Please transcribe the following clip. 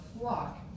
flock